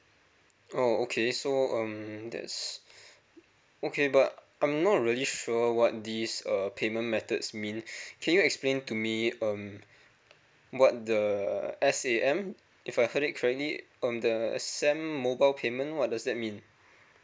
oh okay so um that's okay but I'm not really sure what this err payment methods mean can you explain to me um what the s a m if i heard it correctly um the sam mobile payment what does that mean